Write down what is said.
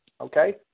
okay